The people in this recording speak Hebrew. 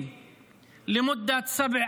חבר הכנסת